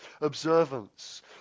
observance